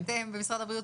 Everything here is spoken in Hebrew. במשרד הבריאות,